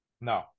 No